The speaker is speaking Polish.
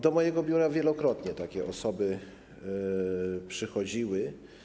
Do mojego biura wielokrotnie takie osoby przychodziły.